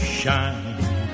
shine